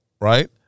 right